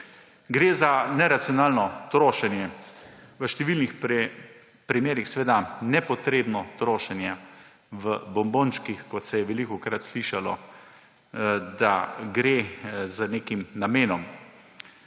Gre za neracionalno trošenje, v številnih primerih nepotrebno trošenje v bombončkih, kot se je velikokrat slišalo, da gre z nekim namenom.